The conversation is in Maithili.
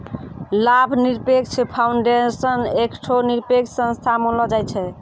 लाभ निरपेक्ष फाउंडेशन एकठो निरपेक्ष संस्था मानलो जाय छै